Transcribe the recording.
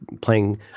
playing